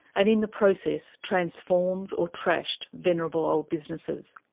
and in the process transformed or trashed venerable old businesses.